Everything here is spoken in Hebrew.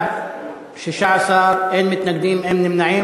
אחרת הייתי מברך אותך.